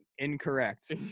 incorrect